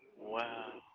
wow.